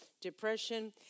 depression